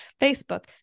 Facebook